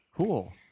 Cool